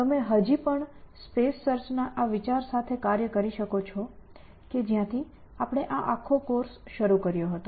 તમે હજી પણ સ્પેસ સર્ચ ના આ વિચાર સાથે કાર્ય કરી શકો છો કે જ્યાંથી આપણે આ આખો કોર્સ શરૂ કર્યો હતો